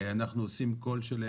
אנחנו עושים כל שלאל ידינו.